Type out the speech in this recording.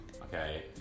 Okay